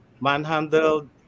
manhandled